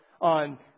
on